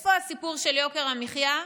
איפה הסיפור של יוקר המחיה?